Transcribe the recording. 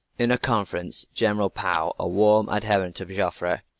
in a conference general pau, a warm adherent of joffre,